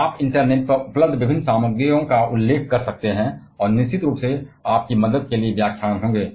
आप इंटरनेट पर उपलब्ध विभिन्न सामग्रियों का उल्लेख कर सकते हैं और निश्चित रूप से आपकी मदद के लिए व्याख्यान होंगे